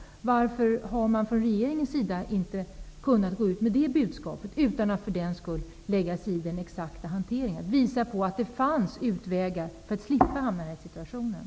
Varför har man från rgeringens sida inte kunnat gå ut med det budskapet, utan att för den skull lägga sig i hanteringen? Regeringen borde ha visat på att det fanns utvägar. Då hade man sluppit att hamna i den här situationen.